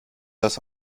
das